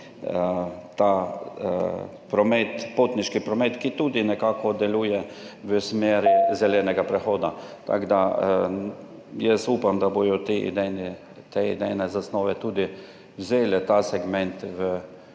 možen potniški promet, ki nekako deluje v smeri zelenega prehoda. Tako da jaz upam, da bodo te idejne zasnove tudi vzele ta segment v